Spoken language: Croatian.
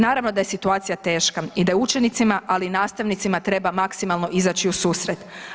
Naravno da je situacija teška i da je učenicima, ali i nastavnicima treba maksimalno izaći u susret.